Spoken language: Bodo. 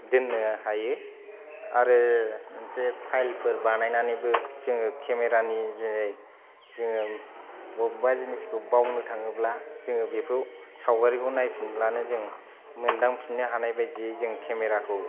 दोननो हायो आरो मोनसे फाइलफोर बानायनानैबो जोङो केमेरानि जुनै जोङो बबेबा जिनिसखौ बावनो थाङोब्ला जोङो बेखौ सावगारिखौ नायफिनब्लानो जों मोन्दांफिननो हानाय बायदियै जों केमेराखौ